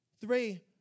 Three